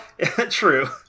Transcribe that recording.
True